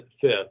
fifth